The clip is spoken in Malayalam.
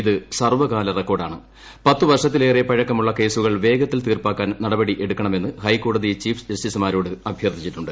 ഇത് സർവ്വകാല റെക്കോർഡാണ്ട് പൃത്ത് വർഷത്തിലേറെ പഴക്കമുള്ള കേസുകൾ വേഗത്തിൽ തീർപ്പാക്കാൻ നടപടി എടുക്കണമെന്ന് ഹൈക്കോടതി ചീഫ് ജസ്റ്റീസുമാരോട് അഭ്യർത്ഥിച്ചിട്ടു ്